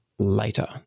Later